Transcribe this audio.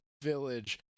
Village